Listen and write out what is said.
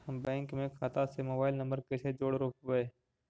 हम बैंक में खाता से मोबाईल नंबर कैसे जोड़ रोपबै?